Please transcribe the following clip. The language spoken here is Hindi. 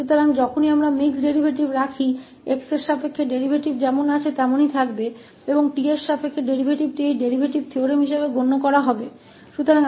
इसलिए जब भी हमारे पास मिश्रित डेरीवेटिव होता है तो x के संबंध में डेरीवेटिव वही रहेगा और t के संबंध में डेरीवेटिव को इस डेरीवेटिव थ्योरम के रूप में माना जाएगा